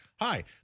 hi